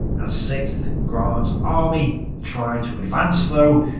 as sixth guards army tried to advance though,